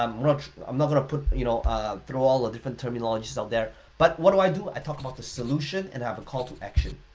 um i'm not gonna you know throw all the different terminologies out there but what do i do? i talk about the solution and have a call to action.